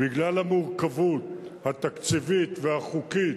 בגלל המורכבות התקציבית והחוקית.